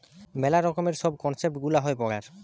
মেলা রকমের সব কনসেপ্ট গুলা হয় পড়ার